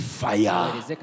fire